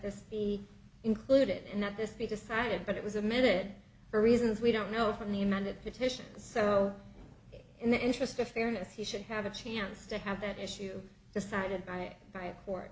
this be included and that this be decided but it was a minute for reasons we don't know from the amount of attention so in the interest of fairness he should have a chance to have that issue decided by by court